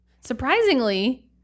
Surprisingly